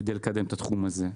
כדי לקדם את התחום הזה.